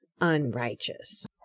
unrighteous